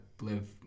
live